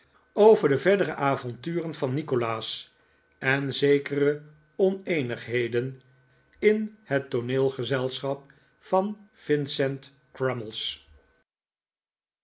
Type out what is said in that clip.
over de verdere avonturen van nikolaas en zekere oneenigheden in het tooneelgezelschap van vincent